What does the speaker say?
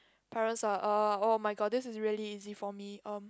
parents are ah oh-my-god this is really easy for me erm